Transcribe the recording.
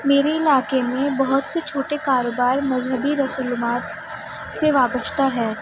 میرے علاقے میں بہت سے چھوٹے کاروبار مذہبی رسومات سے وابستہ ہیں